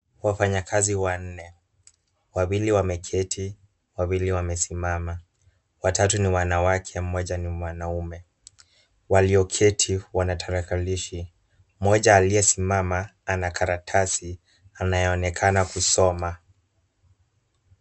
Wafanyakazi wanne. Wawili wameketi. Wawili wamesimama. Wawili ni wanawake mmoja ni mwanaume. Walioketi wana tarakilishi. Mmoja aliyesimama ana karatasi anayoonekana kusoma.